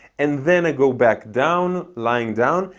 and then i go back down, lying down,